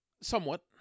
Somewhat